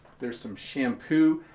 there's some shampoo.